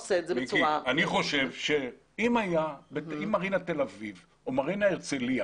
אם מרינה תל אביב או מרינה הרצליה